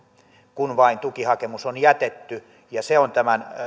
kun vain tukihakemus on jätetty ja se on tämän